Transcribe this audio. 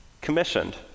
commissioned